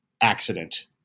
accident